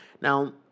Now